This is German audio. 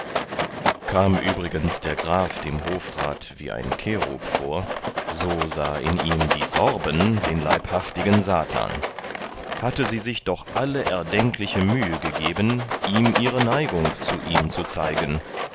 kam übrigens der graf dem hofrat wie ein cherub vor so sah in ihm die sorben den leibhaftigen satan hatte sie sich doch alle erdenkliche mühe gegeben ihm ihre neigung zu ihm zu zeigen